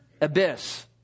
abyss